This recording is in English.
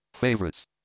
Favorites